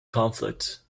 conflict